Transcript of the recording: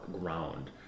ground